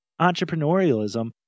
entrepreneurialism